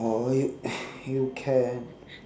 or you you can